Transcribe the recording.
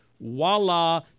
voila